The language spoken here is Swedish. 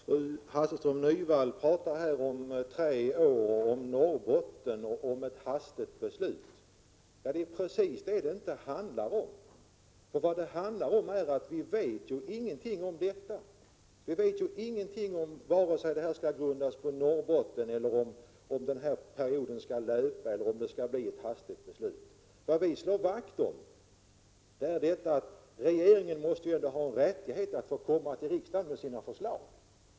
Herr talman! Fru Hasselström Nyvall talar här om tre år, om Norrbotten och om ett hastigt fattat beslut. Det är precis det som det inte handlar om. Det handlar om att vi inte vet någonting om detta. Vi vet ingenting om huruvida detta skall grundas på Norrbottensförsöket, om perioden skall löpa ut eller om vi hastigt skall fatta beslut. Vad vi slår vakt om är att regeringen ändå måste få ha rätt att komma till riksdagen med sina förslag.